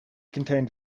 contained